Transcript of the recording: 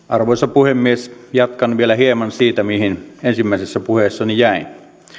arvoisa puhemies jatkan vielä hieman siitä mihin ensimmäisessä puheessani jäin